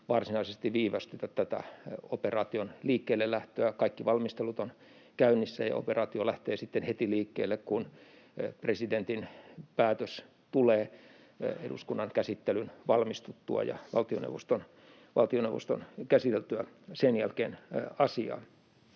ei varsinaisesti viivästytä tätä operaation liikkeelle lähtöä. Kaikki valmistelut ovat käynnissä, ja operaatio lähtee liikkeelle heti, kun presidentin päätös tulee eduskunnan käsittelyn valmistuttua ja valtioneuvoston käsiteltyä sen jälkeen asiaa.